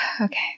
Okay